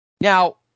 Now